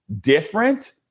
different